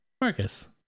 marcus